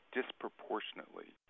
disproportionately